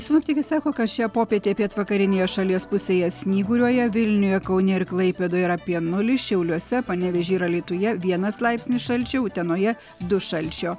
sinoptikai sako kad šią popietę pietvakarinėje šalies pusėje snyguriuoja vilniuje kaune ir klaipėdoje yra apie nulį šiauliuose panevėžy ir alytuje vienas laipsnis šalčio utenoje du šalčio